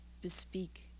bespeak